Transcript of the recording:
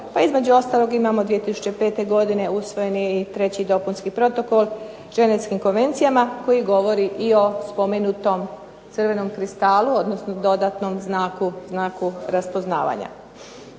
pa između ostalog imamo 2005. godine usvojeni treći dopunski protokol Ženevskim konvencijama koji govori o spomenutom crvenom kristalu odnosno dodatnom znaku raspoznavanja.